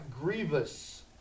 grievous